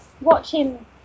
watching